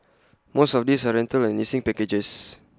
most of these are rental and leasing packages